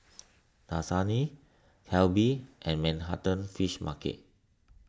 Dasani Calbee and Manhattan Fish Market